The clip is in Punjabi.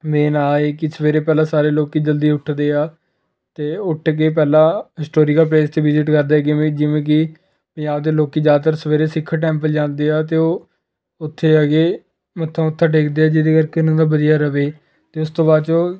ਮੇਨ ਆਹ ਏ ਕਿ ਸਵੇਰੇ ਪਹਿਲਾਂ ਸਾਰੇ ਲੋਕ ਜਲਦੀ ਉੱਠਦੇ ਆ ਅਤੇ ਉੱਠ ਕੇ ਪਹਿਲਾਂ ਹਿਸਟੋਰੀਕਲ ਪਲੇਸ 'ਤੇ ਵਿਜਿਟ ਕਰਦੇ ਕਿਵੇਂ ਜਿਵੇਂ ਕਿ ਪੰਜਾਬ ਦੇ ਲੋਕ ਜ਼ਿਆਦਾਤਰ ਸਵੇਰੇ ਸਿੱਖ ਟੈਂਪਲ ਜਾਂਦੇ ਆ ਅਤੇ ਉਹ ਉੱਥੇ ਹੈਗੇ ਮੱਥਾ ਉੱਥੇ ਟੇਕਦੇ ਆ ਜਿਹਦੇ ਕਰਕੇ ਇਹਨਾਂ ਦਾ ਵਧੀਆ ਰਹੇ ਅਤੇ ਉਸ ਤੋਂ ਬਾਅਦ ਜੋ